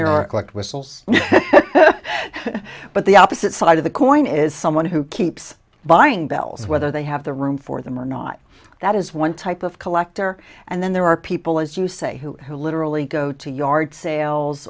there are like whistles but the opposite side of the coin is someone who keeps buying bells whether they have the room for them or not that is one type of collector and then there are people as you say who who literally go to yard sales